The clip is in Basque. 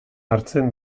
hartzen